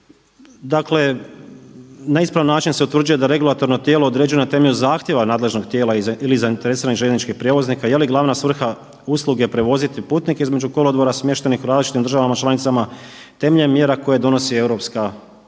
Dakle na ispravan način se utvrđuje da regulatorno tijelo određuje na temelju zahtjeva nadležnost tijela ili zainteresiranih željezničkih prijevoznika, je li glavna svrha usluge prevoziti putnike između kolodvora smještenih u različitim državama članicama temeljem mjera koje donosi Europska komisija.